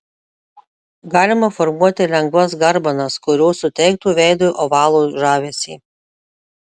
galima formuoti lengvas garbanas kurios suteiktų veidui ovalo žavesį